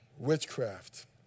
Witchcraft